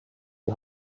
die